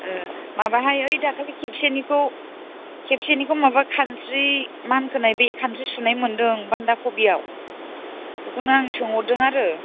माबाहाय ओइ दाखालि खेबसेनिखौ खेबसेनिखौ माबा खानस्रि मानखोनाय बे खानस्रि सुनाय मोनदों बान्दा कबियाव बेखौनो आं सोंहरदों आरो